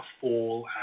fall